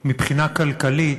מבחינה כלכלית,